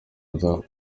ngo